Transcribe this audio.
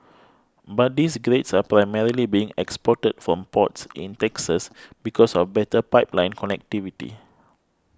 but these grades are primarily being exported from ports in Texas because of better pipeline connectivity